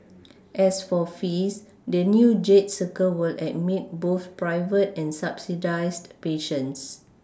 as for fees the new Jade circle will admit both private and subsidised patients